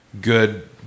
good